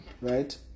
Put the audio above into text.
right